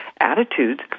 attitudes